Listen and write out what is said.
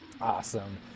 Awesome